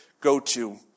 go-to